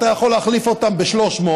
אתה יכול להחליף אותן ב-300,